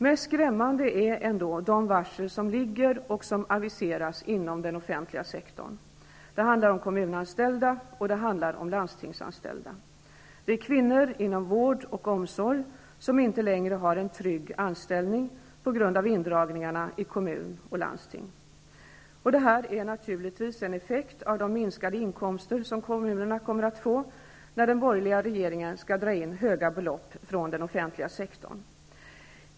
Mest skrämmande är ändå de varsel som ligger och som aviseras inom den offentliga sektorn. Det handlar om kommunanställda och landstingsanställda. Det är kvinnor inom vård och omsorg som inte längre har en trygg anställning på grund av indragningarna i kommun och landsting. Det är naturligtvis en effekt av de minskade inkomster som kommunerna kommer att få, när den borgerliga regeringen skall dra in höga belopp från den offentliga sektorn.